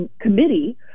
committee